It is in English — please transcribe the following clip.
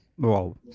Wow